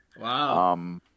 Wow